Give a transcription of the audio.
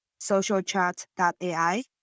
socialchat.ai